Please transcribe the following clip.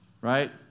right